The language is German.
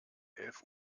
elf